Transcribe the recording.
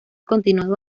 continuado